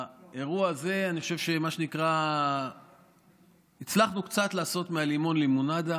באירוע הזה אני חושב שהצלחנו קצת לעשות מהלימון לימונדה,